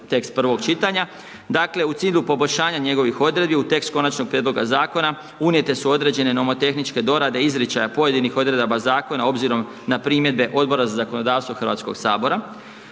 Dakle, u cilju poboljšanja njegovih odredbi, u tekst konačnog prijedloga zakona, unijete su određene nomotehničke dorade, izričaja pojedinih odredaba zakona, obzirom na primjedbe Odbora za zakonodavstvo Hrvatskog sabora.